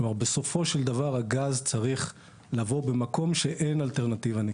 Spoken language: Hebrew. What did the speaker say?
בסופו של דבר הגז צריך לבוא במקום שאין אלטרנטיבה נקייה,